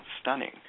Stunning